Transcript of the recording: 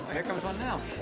here comes one now.